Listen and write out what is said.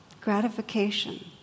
Gratification